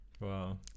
Wow